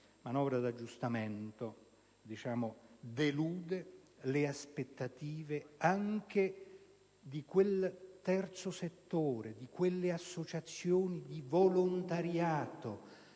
manovra di aggiustamento delude anche le aspettative di quel terzo settore, di quelle associazioni di volontariato